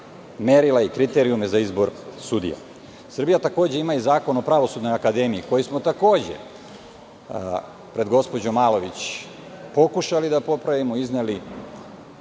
merila i kriterijume za izbor sudija. Srbija, takođe, ima i Zakon o Pravosudnoj akademiji, koji smo takođe pred gospođom Malović pokušali da popravimo, izneli